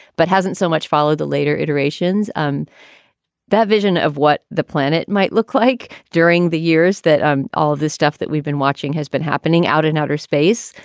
but hasn't so much follow the later iterations of um that vision of what the planet might look like during the years that um all of this stuff that we've been watching has been happening out in outer space,